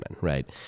right